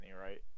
right